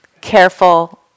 careful